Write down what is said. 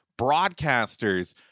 broadcasters